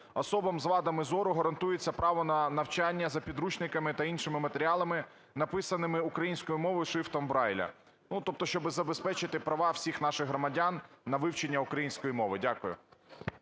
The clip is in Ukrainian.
Особам з вадами зору гарантується право на навчання за підручниками та іншими матеріалами, написаними українською мовою шрифтомБрайля". Тобто, щоб забезпечити права всіх наших громадян на вивчення української мови. Дякую.